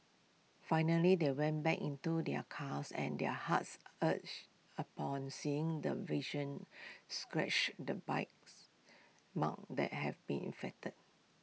finally they went back into their cars and their hearts urge upon seeing the vision scratches the bites marks that have been inflicted